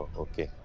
okay.